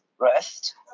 rest